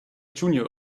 junior